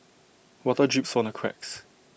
water drips from the cracks